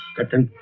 captain.